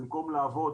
במקום לעבוד,